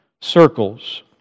circles